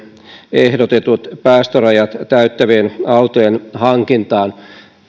ehdotetut päästörajat täyttävien käytettyjen autojen hankintaan